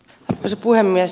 arvoisa puhemies